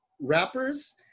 rappers